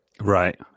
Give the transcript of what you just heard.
Right